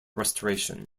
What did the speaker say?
restoration